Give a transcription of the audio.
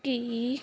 ਕੀ